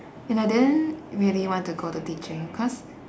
and I didn't really want to go to teaching cause